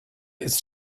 ist